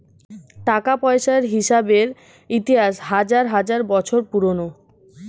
টাকা পয়সার হিসেবের ইতিহাস হাজার হাজার বছর পুরোনো